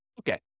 Okay